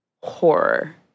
horror